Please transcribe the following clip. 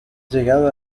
llegado